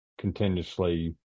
continuously